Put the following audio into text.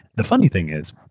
the funny thing is,